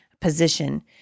position